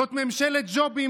זאת ממשלת ג'ובים,